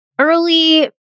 early